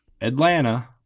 Atlanta